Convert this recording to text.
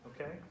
okay